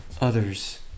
others